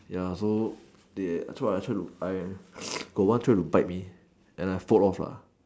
ya so they so I tried to I got one tried to bite me and then I fought off lah